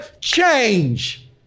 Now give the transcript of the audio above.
change